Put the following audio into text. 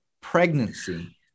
pregnancy